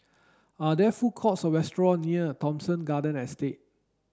are there food courts or restaurant near Thomson Garden Estate